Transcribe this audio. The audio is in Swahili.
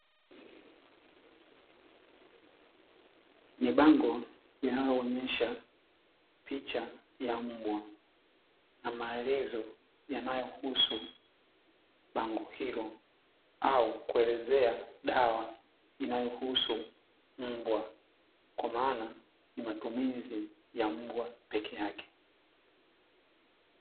Ni bango linaloonyesha picha ya mbwa na maelezo yanayohusu bango hilo au kuelezea dawa inayohusu mbwa, kwa maana ni matumizi ya mbwa peke yake.